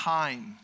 time